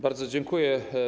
Bardzo dziękuję.